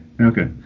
Okay